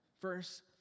First